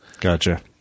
Gotcha